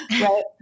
Right